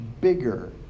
bigger